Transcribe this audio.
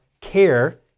care